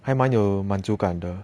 还蛮有满足感的